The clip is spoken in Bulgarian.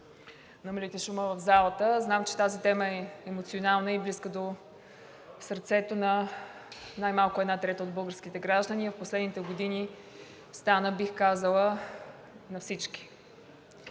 намалите шума в залата. Знам, че тази тема е емоционална и близка до сърцето на най-малко една трета от българските граждани, а в последните години стана, бих казала, на всички.